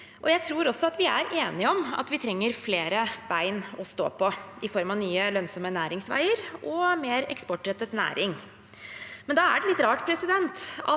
Jeg tror også vi er enige om at vi trenger flere bein å stå på, i form av nye lønnsomme næringsveier og mer eksportrettet næring. Da er det litt rart at